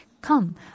Come